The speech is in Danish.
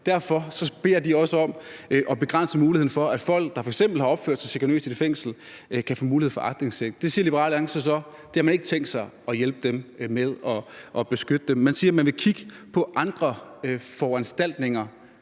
Derfor beder de også om, at man begrænser muligheden for, at folk, der f.eks. har opført sig chikanøst i et fængsel, kan få mulighed for aktindsigt. Liberal Alliance siger så, at man ikke har tænkt sig at hjælpe dem med det og beskytte dem. Man siger, man vil kigge på andre foranstaltninger.